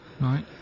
right